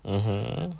mmhmm